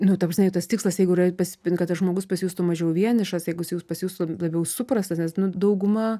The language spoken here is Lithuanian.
nu ta prasme tas tikslas jeigu yra pasi kad tas žmogus pasijustų mažiau vienišas jeigu jis pasi pasijustų labiau suprastas nes nu dauguma